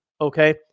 okay